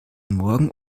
morgen